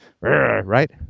right